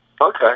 Okay